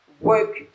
work